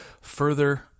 further